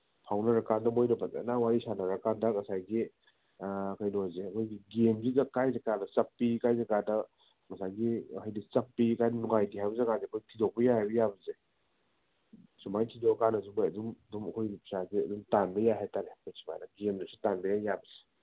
ꯐꯥꯎꯅꯔꯀꯥꯟꯗ ꯃꯈꯣꯏꯅ ꯐꯖꯅ ꯋꯥꯔꯤ ꯁꯥꯟꯅꯔꯀꯥꯟꯗ ꯉꯁꯥꯏꯒꯤ ꯀꯩꯅꯣꯁꯦ ꯑꯩꯈꯣꯏꯒꯤ ꯒꯦꯝꯁꯤꯗ ꯀꯥꯏ ꯖꯒꯥꯗ ꯆꯞꯄꯤ ꯀꯥꯏ ꯖꯒꯥꯗ ꯉꯁꯥꯏꯒꯤ ꯍꯥꯏꯗꯤ ꯆꯞꯄꯤ ꯀꯥꯏ ꯅꯨꯡꯉꯥꯏꯇꯦ ꯍꯥꯏꯕ ꯖꯒꯥꯁꯦ ꯑꯩꯈꯣꯏ ꯊꯤꯗꯣꯛꯄ ꯌꯥꯏꯌꯦ ꯌꯥꯕꯁꯦ ꯁꯨꯃꯥꯏ ꯊꯤꯗꯣꯛꯀꯥꯟꯗꯁꯨ ꯑꯩꯈꯣꯏ ꯑꯗꯨꯝ ꯑꯩꯈꯣꯏ ꯄꯩꯁꯥꯁꯦ ꯑꯗꯨꯝ ꯇꯥꯟꯕ ꯌꯥꯏ ꯍꯥꯏ ꯇꯥꯔꯦ ꯑꯩꯈꯣꯏ ꯁꯨꯃꯥꯏꯅ ꯒꯦꯝꯗꯁꯨ ꯇꯥꯟꯕ ꯌꯥꯏ ꯌꯥꯕꯁꯦ